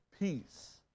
peace